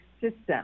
system